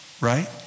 right